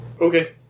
Okay